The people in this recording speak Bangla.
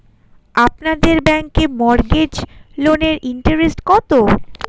আপনাদের ব্যাংকে মর্টগেজ লোনের ইন্টারেস্ট কত?